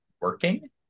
working